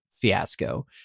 fiasco